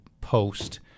post